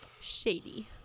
Shady